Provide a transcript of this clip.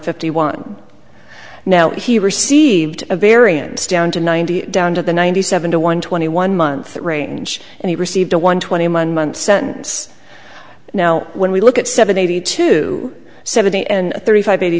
fifty now he received a variance down to ninety down to the ninety seven to one twenty one month range and he received a one twenty month sentence now when we look at seven eighty two seventy and thirty five eighty